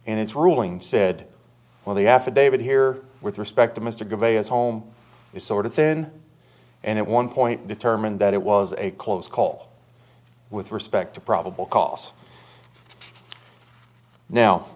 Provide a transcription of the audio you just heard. and it's ruling said well the affidavit here with respect to mr give a as home is sort of thin and it one point determined that it was a close call with respect to probable cause now